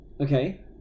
Okay